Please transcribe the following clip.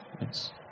Yes